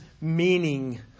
meaning